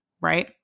right